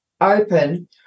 open